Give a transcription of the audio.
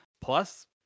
Plus